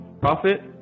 prophet